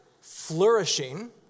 flourishing